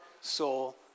soul